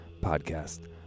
podcast